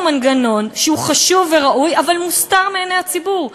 מנגנון שהוא חשוב וראוי אבל מוסתר מעיני הציבור.